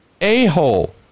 a-hole